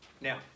Now